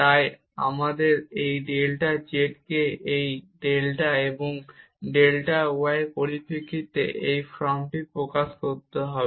তাই আমাদের এই ডেল্টা z কে ডেল্টা y এর পরিপ্রেক্ষিতে প্রকাশ করতে হবে